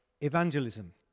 evangelism